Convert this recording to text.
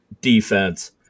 defense